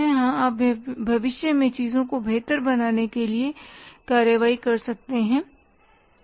हां आप भविष्य में चीजों को बेहतर बनाने के लिए कार्रवाई कर सकते हैं